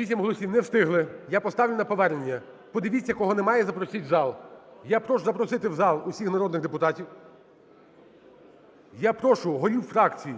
Вісім голосів, не встигли. Я поставлю на повернення. Подивіться, кого немає і запросіть в зал. Я прошу запросити в зал усіх народних депутатів. Я прошу голів фракцій